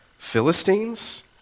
Philistines